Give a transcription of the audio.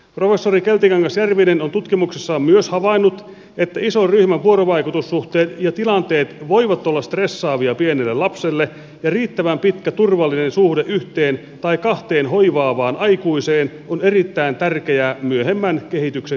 professori keltikangas järvinen on tutkimuksessaan myös havainnut että ison ryhmän vuorovaikutussuhteet ja tilanteet voivat olla stressaavia pienelle lapselle ja riittävän pitkä turvallinen suhde yhteen tai kahteen hoivaavaan aikuiseen on erittäin tärkeä myöhemmän kehityksen kannalta